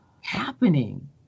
happening